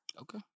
Okay